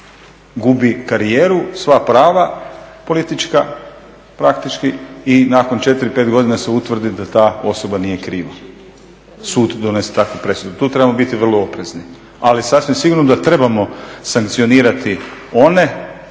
Gubi karijeru, sva prava politička praktički i nakon četiri, pet godina se utvrdi da ta osoba nije kriva. Sud donese takvu presudu. Tu trebamo biti vrlo oprezni. Ali sasvim sigurno da trebamo sankcionirati one,